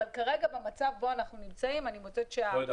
אבל כרגע במצב בו אנחנו מצאים אני מוצאת שהדבר